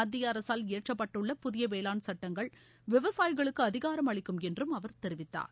மத்திய அரசால் இயற்றப்பட்டுள்ள புதிய வேளாண் சட்டங்கள் விவசாயிகளுக்கு அதிகாரம் அளிக்கும் என்றும் அவர் தெரிவித்தார்